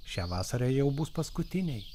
šią vasarą jau bus paskutiniai